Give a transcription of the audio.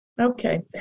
Okay